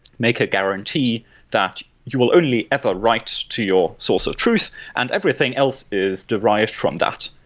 make a guarantee that you will only ever write to your source of truth and everything else is derived from that.